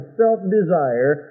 self-desire